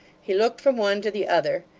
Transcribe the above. he looked from one to the other,